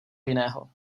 jiného